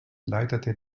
leitete